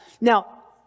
Now